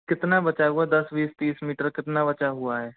कितना बचा हुआ है दस बीस तीस मीटर कितना बचा हुआ है